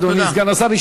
תודה, אדוני סגן השר.